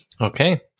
Okay